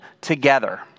together